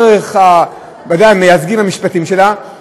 דרך המייצגים המשפטיים שלה,